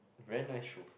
very nice show